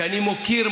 שאני מוקיר,